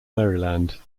maryland